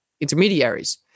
intermediaries